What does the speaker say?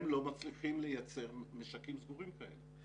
הם לא מצליחים לייצר משקים סגורים כאלה.